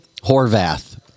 Horvath